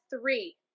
three